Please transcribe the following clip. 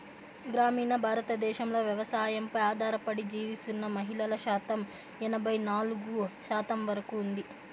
గ్రామీణ భారతదేశంలో వ్యవసాయంపై ఆధారపడి జీవిస్తున్న మహిళల శాతం ఎనబై నాలుగు శాతం వరకు ఉంది